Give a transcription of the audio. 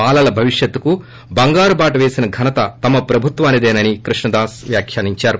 బాలల భవిష్యత్తుకు బంగారు బాట పేసిన ఘనత్తమ ప్రభుత్వానిదే అని మంత్రి కృష్ణదాస్ వ్యాఖ్యానించారు